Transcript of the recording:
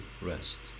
rest